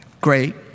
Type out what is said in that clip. great